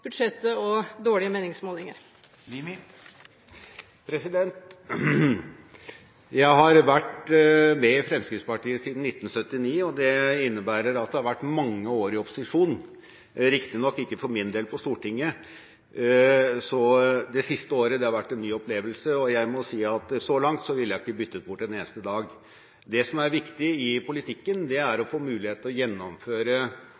budsjettet og dårlige meningsmålinger? Jeg har vært i Fremskrittspartiet siden 1979, og det innebærer at det har vært mange år i opposisjon, riktignok ikke for min del på Stortinget, så det siste året har vært en ny opplevelse, og jeg må si at så langt ville jeg ikke ha byttet bort en eneste dag. Det som er viktig i politikken, er å få mulighet til å gjennomføre det